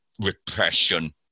repression